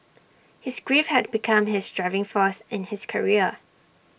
his grief had become his driving force in his career